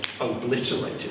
obliterated